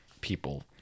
People